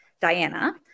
diana